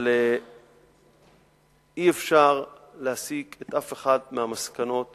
אבל אי-אפשר להסיק אף אחת מהמסקנות